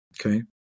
Okay